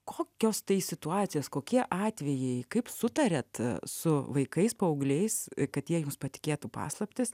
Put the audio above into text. kokios tai situacijos kokie atvejai kaip sutariat su vaikais paaugliais kad jie jums patikėtų paslaptis